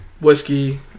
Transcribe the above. Whiskey